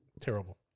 Terrible